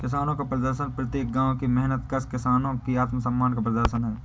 किसानों का प्रदर्शन प्रत्येक गांव के मेहनतकश किसानों के आत्मसम्मान का प्रदर्शन है